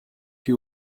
you